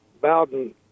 Bowden